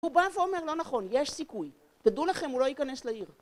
הוא בא ואומר, לא נכון, יש סיכוי. תדעו לכם, הוא לא ייכנס לעיר.